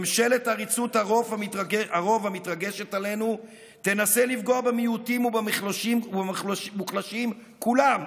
ממשלת עריצות הרוב המתרגשת עלינו תנסה לפגוע במיעוטים ובמוחלשים כולם,